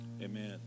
Amen